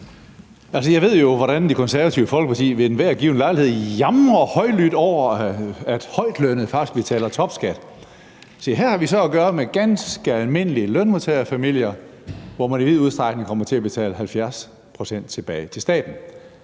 jeg ved jo, hvordan Det Konservative Folkeparti ved enhver given lejlighed jamrer højlydt over, at højtlønnede faktisk betaler topskat. Se, her har vi så at gøre med ganske almindelige lønmodtagerfamilier, hvor man i vid udstrækning kommer til at betale 70 pct. tilbage til staten.